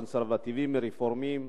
קונסרבטיבים ורפורמים.